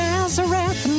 Nazareth